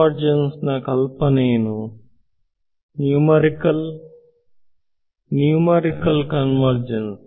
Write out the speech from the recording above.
ವಿದ್ಯಾರ್ಥಿ numerical numerical convergence